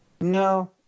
No